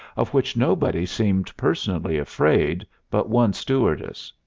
of which nobody seemed personally afraid but one stewardess.